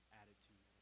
attitude